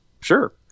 sure